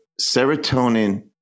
Serotonin